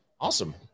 Awesome